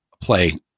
play